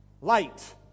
Light